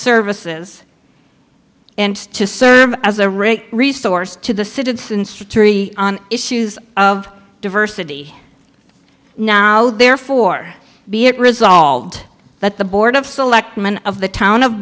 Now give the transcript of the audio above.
services and to serve as a rich resource to the citizens to terry on issues of diversity now therefore be it resolved that the board of selectmen of the town of